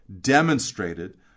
demonstrated